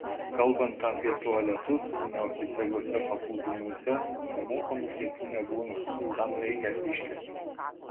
kalbant apie tualetus neoficialiuose paplūdimiuose nemokamų pietų nebūna tam reikia išteklių